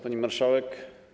Pani Marszałek!